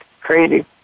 crazy